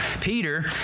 Peter